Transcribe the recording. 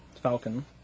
Falcon